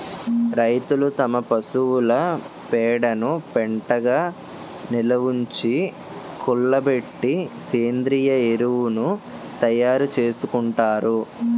రైతులు తమ పశువుల పేడను పెంటగా నిలవుంచి, కుళ్ళబెట్టి సేంద్రీయ ఎరువును తయారు చేసుకుంటారు